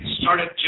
started